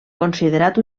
considerat